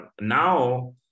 now